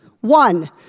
One